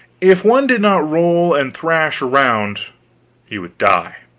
if one did not roll and thrash around he would die